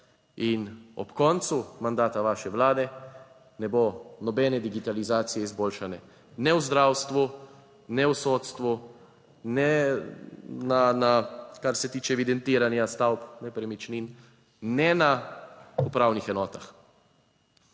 in ob koncu mandata vaše vlade ne bo nobene digitalizacije izboljšane ne v zdravstvu ne v sodstvu ne na, kar se tiče evidentiranja stavb, nepremičnin, ne na upravnih enotah.